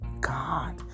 God